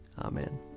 Amen